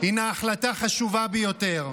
הינה החלטה חשובה ביותר.